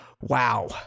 wow